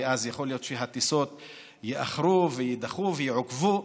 אז יכול להיות שהטיסות יאחרו ויידחו ויעוכבו.